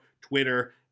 Twitter